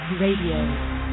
Radio